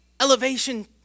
Elevation